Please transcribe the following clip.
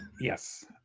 Yes